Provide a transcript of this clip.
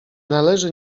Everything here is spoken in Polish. należy